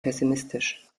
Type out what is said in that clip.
pessimistisch